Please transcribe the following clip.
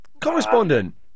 Correspondent